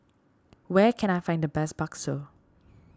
where can I find the best Bakso